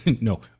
No